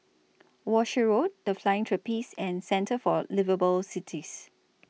Walshe Road The Flying Trapeze and Centre For Liveable Cities